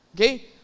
Okay